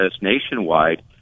nationwide